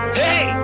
hey